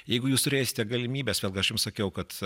jeigu jūs turėsite galimybes vėlgi aš jums sakiau kad